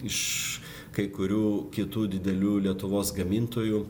iš kai kurių kitų didelių lietuvos gamintojų